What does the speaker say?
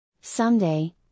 Someday